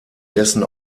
dessen